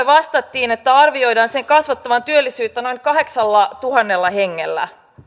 vastattiin että sen arvioidaan kasvattavan työllisyyttä noin kahdeksallatuhannella hengellä